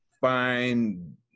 find